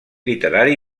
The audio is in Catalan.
literari